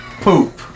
poop